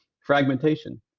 fragmentation